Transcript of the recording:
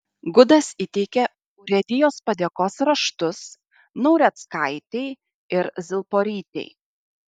gudas įteikė urėdijos padėkos raštus naureckaitei ir zilporytei